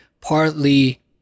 partly